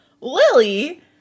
Lily